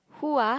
who are